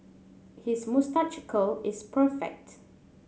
his moustache curl is perfect